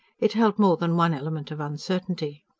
it held more than one element of uncertainty.